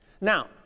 Now